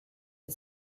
the